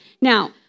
now